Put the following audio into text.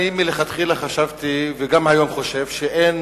אני מלכתחילה חשבתי וגם היום חושב שאין